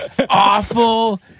awful